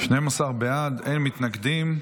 12 בעד, אין מתנגדים.